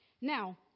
Now